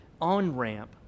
on-ramp